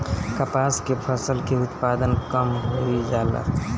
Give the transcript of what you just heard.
कपास के फसल के उत्पादन कम होइ जाला?